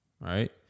right